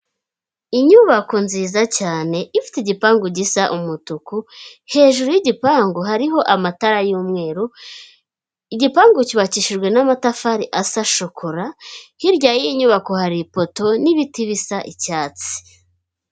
Inyubako nziza cyane ifite igipangu gisa umutuku, hejuru y'igipangu hariho amatara y'umweru igipangu cyubakishijwe n'amatafari asa shokora, hirya y'iyi nyubako hari ipoto n'ibiti bisa icyatsi.